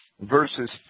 verses